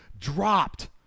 dropped